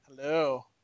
Hello